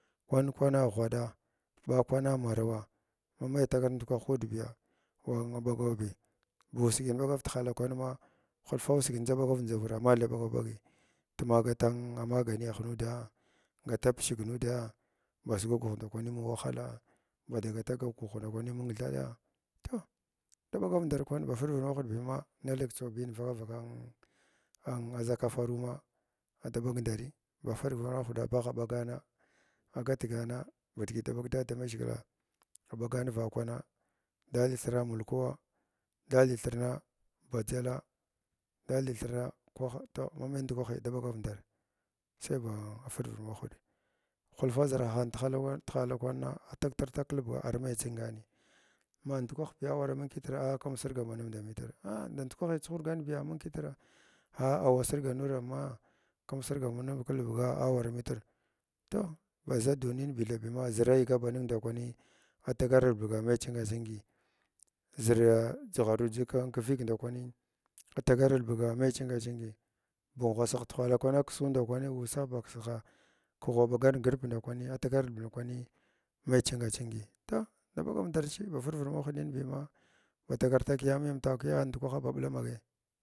Kwan kwana ghwaɗ ɓa kwana marawa ma mai thagar ndukwahi ku nud biya un bag vabi ba ussiga bagar tihala kwan ma hulfuga ussigi ndʒa ɓagav ndʒawurin mathai ɓagav ɓagi tuma galan n maganiyah nuudaa gata pishg nuddaa basugwa ghwuh ndakwani mung wahala ba ga gatz dugh ndakwani mung thaɗa toh, da ɓagar ndar kwani ba firvid mahwɗa bima mathnik thni vaka vaka un ʒakafaruwa adaɓag nda ndari bah firvid mahwɗa bagh ɓagana a gatgana ba digi, daɓag dada maʒhgila ba ɓagana vakwan da hi thirna mulkuwa da lithirna badʒala dalithirna kwah ta mamung ndukwahi daɓagav ndar sai ba firvid mahuɗ hulfa zarhahani tihal tihala kwama agh tagtir tag kilbuga ar mai chingan ma ndukwah biya ararama kitra a kum sirga ba numdamitr ah a band kwachuhurganbiya amung kitra a sirga nurama kum sirga ba numda kibuga a awara nitr toh baʒa duniya bithabiana eirh ayga banugndkwani a tagar albug ar mai chinga chingi zira a jugharu jig ki kviigi dakwani atagar ulbuga mai chinga chinga ba ngwasah tihak kwana akussu ndakwani ussagh bakusghs kigh was ɓagar nguɗp ndakwani a tagar albug ndakwani ma chinga chingi toh da ɓagar nda ndarchi bafirvid mahwdi ima ma tagar taga yamiyam takiyi ndukwaha aɓagna ɓaga.